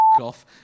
off